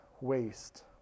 waste